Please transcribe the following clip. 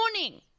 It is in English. morning